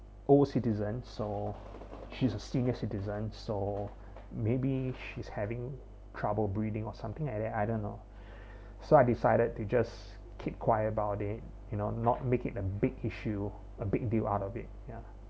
old citizen so she's a senior citizen so maybe she's having trouble breathing or something like that I don't know so I decided to just keep quiet about it you know and not make it a big issue a big deal out of it ya